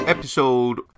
Episode